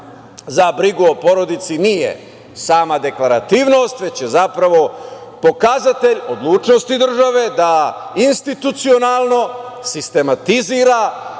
za brigu o porodici nije sama deklarativnost, već je zapravo pokazatelj odlučnosti države da institucionalno, sistematizuje